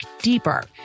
deeper